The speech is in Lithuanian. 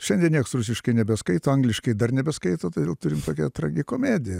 šiandien nieks rusiškai nebeskaito angliškai dar nebeskaito todėl turim tokią tragikomediją